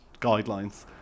guidelines